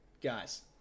guys